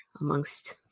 amongst